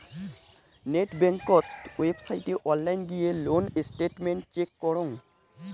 net বেংকত ওয়েবসাইটে online গিয়ে লোন স্টেটমেন্ট চেক করং